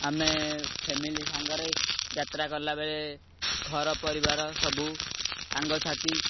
ଆମେ ଫ୍ୟାମିଲି ସାଙ୍ଗରେ ଯାତ୍ରା କଲାବେଳେ ଘର ପରିବାର ସବୁ ସାଙ୍ଗସାଥି